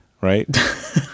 Right